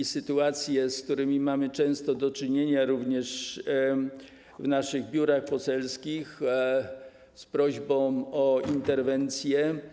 Są sytuacje, z którymi mamy często do czynienia również w naszych biurach poselskich, są prośby o interwencję.